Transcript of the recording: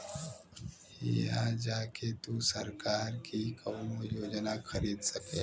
हिया जा के तू सरकार की कउनो योजना खरीद सकेला